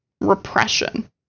repression